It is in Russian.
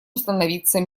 установиться